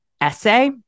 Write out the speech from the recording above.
essay